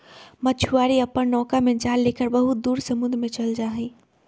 मछुआरे अपन नौका में जाल लेकर बहुत दूर समुद्र में चल जाहई